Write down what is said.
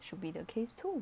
should be the case too